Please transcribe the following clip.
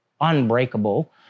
unbreakable